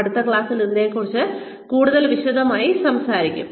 അടുത്ത ക്ലാസ്സിൽ ഇതിനെക്കുറിച്ച് കൂടുതൽ വിശദമായി സംസാരിക്കും